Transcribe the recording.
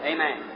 Amen